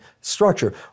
structure